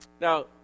Now